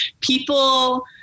people